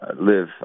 live